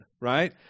right